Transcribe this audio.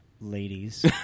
Ladies